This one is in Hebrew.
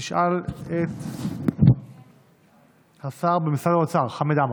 שתשאל את השר במשרד האוצר חמד עמאר.